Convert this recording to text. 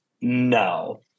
no